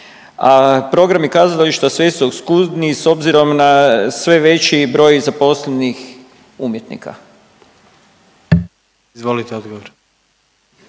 programi kazališta sve su oskudniji s obzirom na sve veći broj zaposlenih umjetnika? **Jandroković,